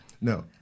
No